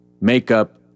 makeup